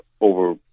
over